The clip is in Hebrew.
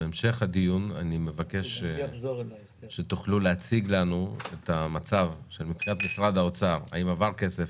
בהמשך הדיון אני מבקש שתציגו לנו את המצב מבחינתכם האם עבר כסף,